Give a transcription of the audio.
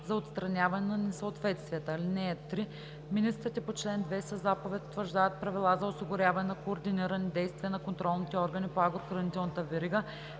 за отстраняване на несъответствията. (3) Министрите по чл. 2 със заповед утвърждават правила за осигуряване на координирани действия на контролните органи по агрохранителната верига